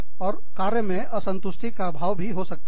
और कार्य में असंतुष्टि का भाव भी हो सकता है